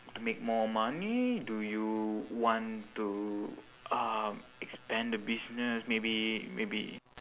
to make more money do you want to uh expand the business maybe maybe